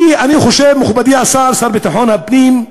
ואני חושב, מכובדי השר, השר לביטחון הפנים,